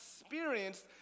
experienced